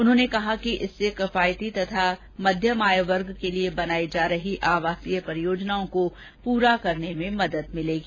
उन्होंने कहा कि इससे किफायती तथा मध्यम आय वर्ग के लिए बनाई जा रही आवासीय परियोजनाओं को पूरा करने में मदद मिलेगी